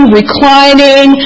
reclining